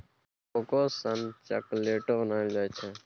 cocoa सँ चाकलेटो बनाइल जाइ छै